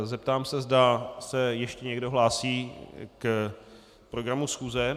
Zeptám se, zda se ještě někdo hlásí k programu schůze.